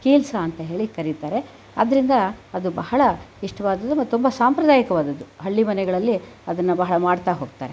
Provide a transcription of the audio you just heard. ಕೀಲ್ಸಾ ಅಂತ ಹೇಳಿ ಕರೀತಾರೆ ಆದ್ದರಿಂದ ಅದು ಬಹಳ ಇಷ್ಟವಾದದ್ದು ಮತ್ತು ತುಂಬ ಸಾಂಪ್ರದಾಯಿಕವಾದದ್ದು ಹಳ್ಳಿ ಮನೆಗಳಲ್ಲಿ ಅದನ್ನು ಬಹಳ ಮಾಡ್ತಾಹೋಗ್ತಾರೆ